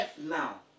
now